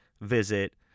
visit